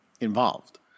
involved